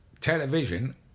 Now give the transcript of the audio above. television